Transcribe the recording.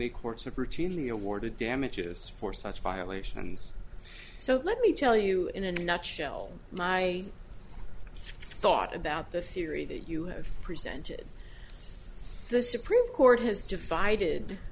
y courts have routinely awarded damages for such violations so let me tell you in a nutshell my thought about the theory that you have presented the supreme court has divided